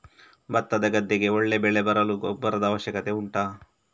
ಭತ್ತದ ಗದ್ದೆಗೆ ಒಳ್ಳೆ ಬೆಳೆ ಬರಲು ಗೊಬ್ಬರದ ಅವಶ್ಯಕತೆ ಉಂಟಾ